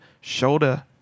shoulder